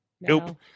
nope